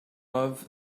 love